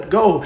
go